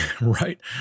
right